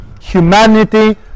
humanity